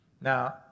Now